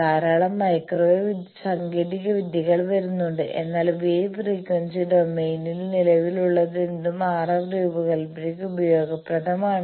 ധാരാളം മൈക്രോവേവ് സാങ്കേതികവിദ്യകൾ വരുന്നുണ്ട് എന്നാൽ വേവ് ഫ്രീക്വൻസി ഡൊമെയ്നിൽ നിലവിലുള്ളതെന്തും RF രൂപകൽപ്പനയ്ക്ക് ഉപയോഗപ്രദമാണ്